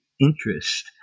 interest